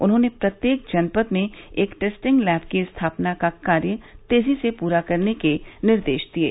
उन्होंने प्रत्येक जनपद में एक टेस्टिंग लैब की स्थापना का कार्य तेजी से पूरा करने के निर्देश दिये